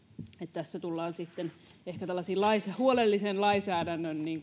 tässä tullaan sitten ehkä tällaisiin huolellisen lainsäädännön